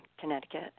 Connecticut